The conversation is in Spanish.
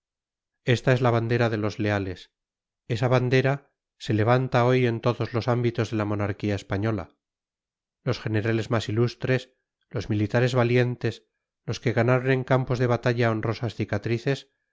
esta es la bandera de los leales esa bandera se levanta hoy en todos los ámbitos de la monarquía española los generales más ilustres los militares valientes los que ganaron en campos de batalla honrosas cicatrices